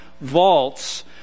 vaults